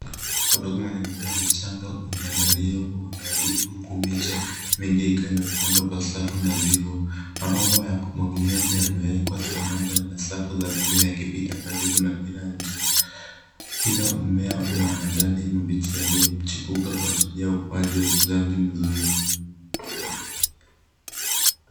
Udongo mwenye mimea michanga umeandaliwa kwa uangalifu, huku miche mingi ikiwa imepandwa kwa safu nadhifu. Mabomba ya kumwagiliaji yamewekwa sambamba na safu za mimea yakipita karibu na kila mche, kila mmea una majani mabichi yaliyochipuka kuashiria ukuaji na ukuzaji mzuri.